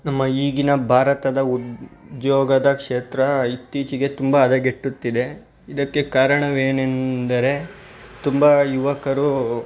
ನಮ್ಮ ಈಗಿನ ಭಾರತದ ಉದ್ಯೋಗದ ಕ್ಷೇತ್ರ ಇತ್ತೀಚಿಗೆ ತುಂಬ ಹದಗೆಡುತ್ತಿದೆ ಇದಕ್ಕೆ ಕಾರಣವೇನೆಂದರೆ ತುಂಬ ಯುವಕರು